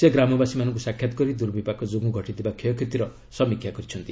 ସେ ଗ୍ରାମବାସୀମାନଙ୍କୁ ସାକ୍ଷାତ କରି ଦୁର୍ବପାକ ଯୋଗୁଁ ଘଟିଥିବା କ୍ଷୟକ୍ଷତିର ସମୀକ୍ଷା କରିଛନ୍ତି